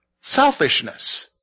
selfishness